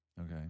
okay